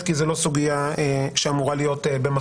כי זו לא סוגיה שאמורה להיות במחלוקת.